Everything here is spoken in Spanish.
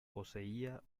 poseía